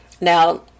Now